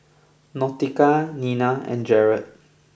Nautica Nina and Jared